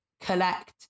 collect